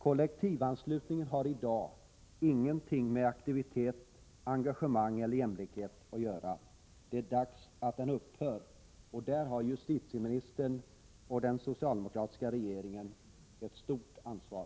Kollektivanslutningen har i dag ingenting med aktivitet, engagemang eller jämlikhet att göra. Den borde upphöra! Här har justitieministern och den socialdemokratiska regeringen ett stort ansvar!